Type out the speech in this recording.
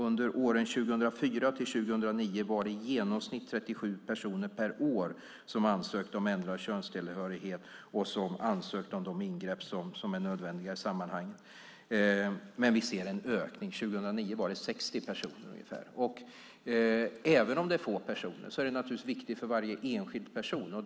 Under åren 2004-2009 var det i genomsnitt 37 personer per år som ansökte om ändrad könstillhörighet och om de ingrepp som är nödvändiga i sammanhanget, men vi ser en ökning. År 2009 var det 60 personer ungefär. Även om det är få personer det handlar om är det naturligtvis viktigt för varje enskild person.